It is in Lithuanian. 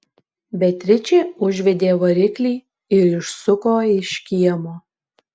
beatričė užvedė variklį ir išsuko iš kiemo